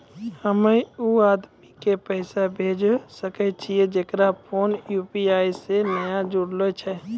हम्मय उ आदमी के पैसा भेजै सकय छियै जेकरो फोन यु.पी.आई से नैय जूरलो छै?